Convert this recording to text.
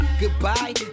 Goodbye